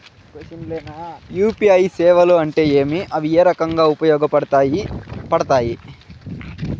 UPI సేవలు అంటే ఏమి, అవి ఏ రకంగా ఉపయోగపడతాయి పడతాయి?